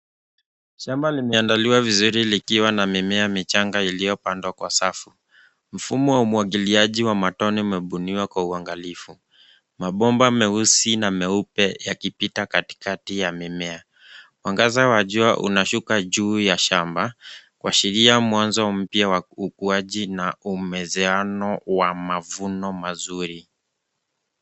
Shamba limeandaliwa vizuri likiwa na mimea michanga iliyopandwa kwa safu. Mfumo wa umwagiliaji wa matone umebuniwa kwa uangalifu. Mabomba meusi na meupe yakipita katikati ya mimea. Mwangaza wa jua unashuka juu ya shamba, kuashiria mwanzo mpya wa ukuaji na umezeano wa mavuno mazuri.